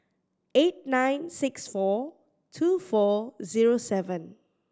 eight nine six four two four zero seven